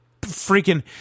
freaking